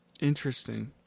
Interesting